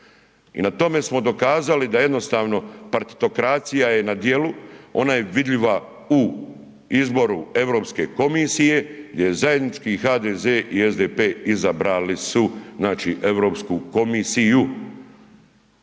I na tom smo dokazali da jednostavno partitokracija je na djelu, ona je vidljiva u izboru Europske komisije gdje je zajednički HDZ i SDP izabrali su znači Europsku komisiju.